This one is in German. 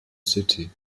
city